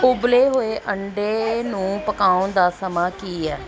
ਉਬਲੇ ਹੋਏ ਆਂਡੇ ਨੂੰ ਪਕਾਉਣ ਦਾ ਸਮਾਂ ਕੀ ਹੈ